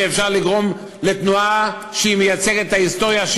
שאפשר לגרום לתנועה שמייצגת את ההיסטוריה,